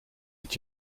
het